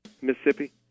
Mississippi